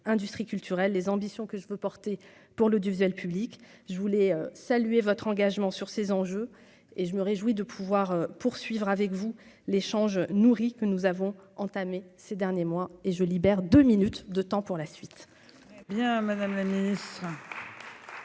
industries culturelles les ambitions que je peux porter pour l'audiovisuel public, je voulais saluer votre engagement sur ces enjeux et je me réjouis de pouvoir poursuivre avec vous l'échange nourri que nous avons entamé ces derniers mois et je libère 2 minutes de temps pour la suite.